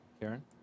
Karen